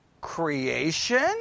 creation